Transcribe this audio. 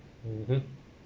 mmhmm